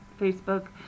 Facebook